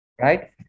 Right